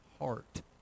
heart